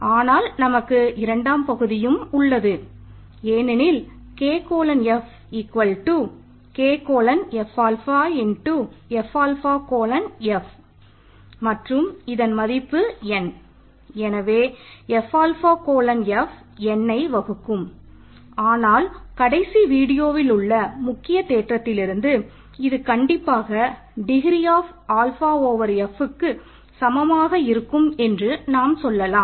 ஆனால் நமக்கு இரண்டாவது பகுதியும் உள்ளது ஏனெனில் K கோலன் Fக்கு சமமாக இருக்கும் என்று நாம் சொல்லலாம்